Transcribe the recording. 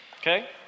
okay